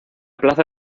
plaza